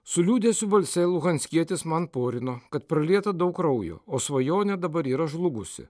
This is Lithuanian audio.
su liūdesiu balse luhanskietis man porino kad pralieta daug kraujo o svajonė dabar yra žlugusi